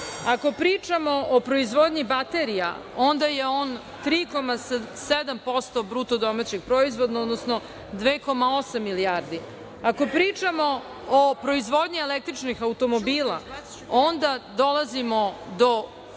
Ako pričamo o proizvodnji baterija, onda je on 3,7% BDP-a, odnosno 2,8 milijardi. Ako pričamo o proizvodnji električnih automobila, onda dolazimo do